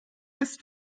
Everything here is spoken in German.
ist